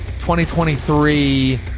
2023